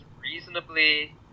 reasonably